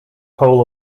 pole